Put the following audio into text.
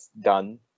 done